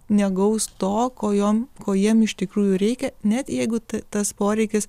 negaus to ko jom ko jiem iš tikrųjų reikia net jeigu tas poreikis